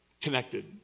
connected